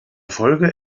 folge